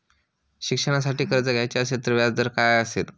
शिक्षणासाठी कर्ज घ्यायचे असेल तर व्याजदर काय असेल?